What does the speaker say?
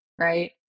right